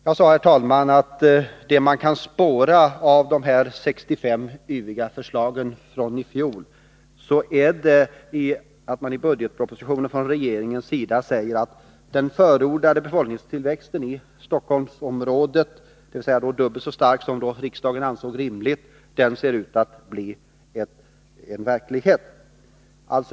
Jag sade, herr talman, att det man kan spåra av de här 65 yviga förslagen från i fjol är att regeringen i budgetpropositionen säger att den förordade befolkningstillväxten i Stockholmsområdet, dvs. en dubbelt så stark tillväxt som riksdagen ansåg rimlig, ser ut att bli verklighet.